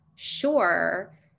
sure